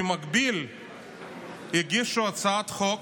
במקביל הגישו הצעת חוק,